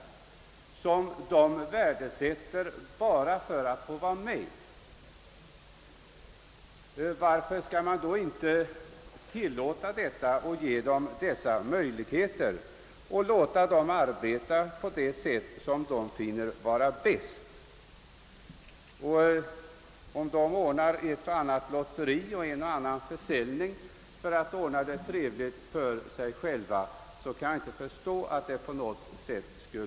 När nu medlemmarna värdesätter sådana arrangemang, varför skall de inte få möjlighet att delta däri? Varför kan vi inte låta frivilligorganisationerna arbeta på det sätt som de själva finner vara bäst? Om de sätter i gång ett och annat lotteri eller en och annan försäljning för att kunna ordna det trevligt för sig själva, kan jag inte förstå att någon skall behöva ta anstöt därav.